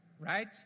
Right